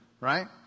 right